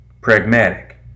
Pragmatic